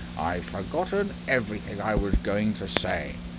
i've forgotten everything i was going to say!